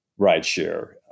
rideshare